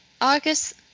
August